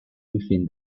within